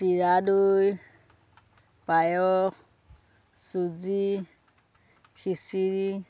চিৰা দৈ পায়স চুজি খিচিৰি